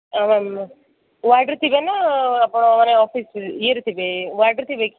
ହଁ ମ୍ୟାମ୍ ୱାର୍ଡ୍ରେ ଥିବେ ନା ଆପଣ ମାନେ ଅଫିସ୍ରେ ଇଏରେ ଥିବେ ୱାର୍ଡ୍ରେ ଥିବେ କି